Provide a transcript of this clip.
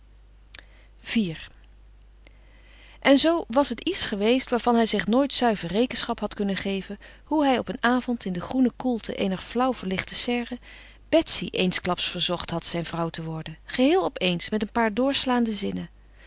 iv en zoo was het iets geweest waarvan hij zich nooit zuiver rekenschap had kunnen geven hoe hij op een avond in de groene koelte eener flauw verlichte serre betsy eensklaps verzocht had zijn vrouw te worden geheel op eens met een paar doorslaande zinnen